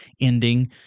ending